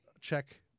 check